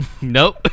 nope